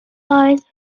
eyes